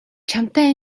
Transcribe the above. чамтай